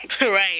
right